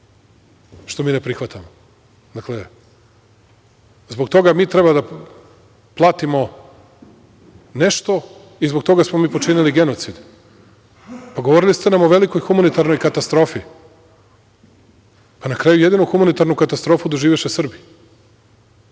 što mi ne prihvatamo. Dakle, zbog toga mi treba da platimo nešto i zbog toga smo mi počinili genocid. Govorili ste nam o velikoj humanitarnoj katastrofi, pa na kraju jedinu humanitarnu katastrofu doživeše Srbi.